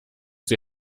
sie